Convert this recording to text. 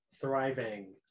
Thriving